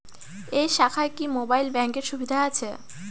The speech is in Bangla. এই শাখায় কি মোবাইল ব্যাঙ্কের সুবিধা আছে?